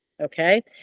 Okay